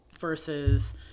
versus